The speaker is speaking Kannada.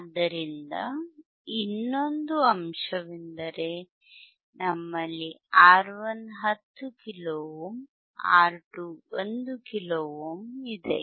ಆದ್ದರಿಂದ ಇನ್ನೊಂದು ಅಂಶವೆಂದರೆ ನಮ್ಮಲ್ಲಿ R 1 10 kilo ohm R 2 1 kilo ohm ಇದೆ